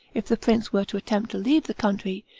if the prince were to attempt to leave the country,